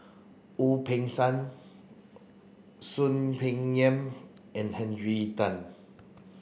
Wu Peng Seng Soon Peng Yam and Henry Tan